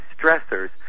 stressors